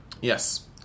Yes